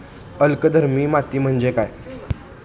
अल्कधर्मी माती म्हणजे काय?